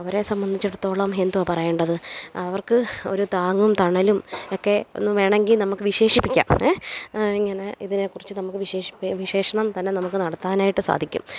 അവരെ സംബന്ധിച്ചിടത്തോളം എന്തുവാ പറയേണ്ടത് അവർക്ക് ഒരു താങ്ങും തണലും ഒക്കെ വേണമെങ്കിൽ നമുക്ക് വിശേഷിപ്പിക്കാം എ ഇങ്ങനെ ഇതിനെക്കുറിച്ച് നമുക്ക് വിശേഷിപ്പ് വിശേഷണം തന്നെ നമുക്ക് നടത്താനായിട്ട് സാധിക്കും